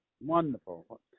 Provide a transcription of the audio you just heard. Wonderful